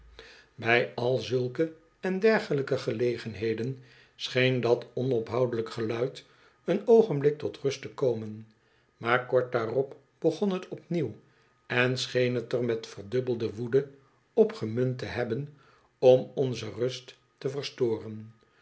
bij al zulke en dergelijke gelegenheden scheen dat onophoudelijk geluid een oogenblik tot rust te komen maar kort daarop begon het opnieuw en scheen het er met verdubbelde woede op gemunt te hebben om onze rust te verstoren